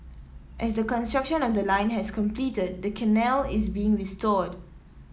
as the construction of the line has completed the canal is being restored